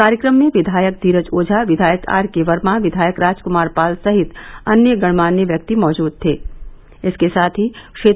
कार्यक्रम में विधायक धीरज ओझा विधायक आर के वर्मा विधायक राजकुमार पाल सहित अन्य गणमान्य व्यक्ति मौजूद थे